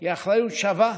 היא אחריות שווה.